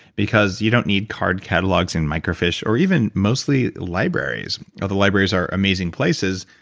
because you don't need card catalogs and microfiche, or even mostly libraries. although libraries are amazing places,